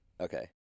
Okay